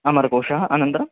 अमरकोषः अनन्तरम्